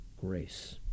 grace